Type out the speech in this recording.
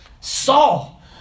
Saul